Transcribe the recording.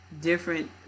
different